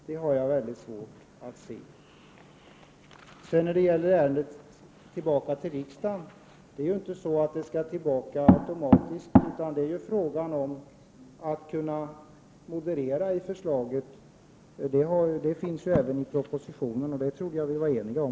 Ett ärende som återförvisats till utskottet skall ju inte automatiskt tillbaka till riksdagen, utan det handlar om att kunna moderera i förslaget. Det gäller även i fråga om propositionen, och det trodde jag att vi var eniga om.